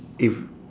if